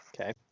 Okay